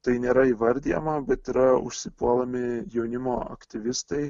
tai nėra įvardijama bet yra užsipuolami jaunimo aktyvistai